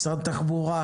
משרדי התחבורה,